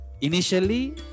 initially